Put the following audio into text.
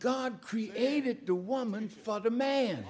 god created the woman father man